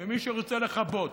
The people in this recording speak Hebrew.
ומי שרוצה לכבות,